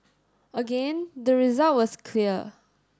again the result was clear